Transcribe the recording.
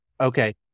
Okay